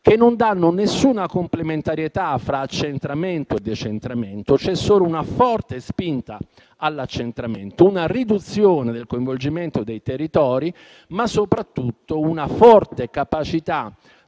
che non danno alcuna complementarità fra accentramento e decentramento, in cui c'è solo una forte spinta all'accentramento, una riduzione del coinvolgimento dei territori, ma soprattutto una forte capacità,